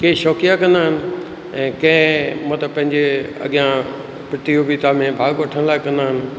के शौक़िया कंदा आहिनि ऐं कंहिं म त पंहिंजे अॻियां प्रतियोगिता में भाॻु वठण लाइ कंदा आहिनि